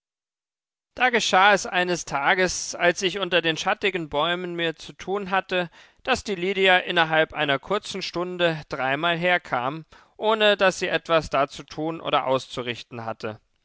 da geschah es eines tages als ich unter den schattigen bäumen mir zu tun machte daß die lydia innerhalb einer kurzen stunde dreimal herkam ohne daß sie etwas da zu tun oder auszurichten hatte